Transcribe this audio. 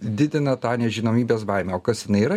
didina tą nežinomybės baimę o kas jinai yra